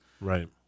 right